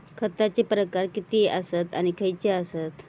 खतांचे प्रकार किती आसत आणि खैचे आसत?